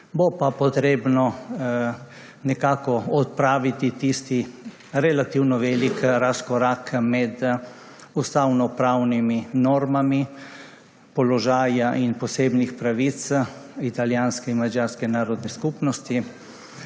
Bo pa treba nekako odpraviti tisti relativno velik razkorak med ustavnopravnimi normami položaja in posebnih pravic italijanske in madžarske narodne skupnosti